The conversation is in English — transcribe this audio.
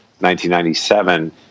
1997